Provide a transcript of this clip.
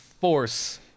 force